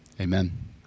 Amen